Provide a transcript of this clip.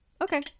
Okay